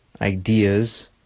ideas